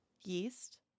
Yeast